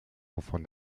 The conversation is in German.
wovon